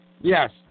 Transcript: Yes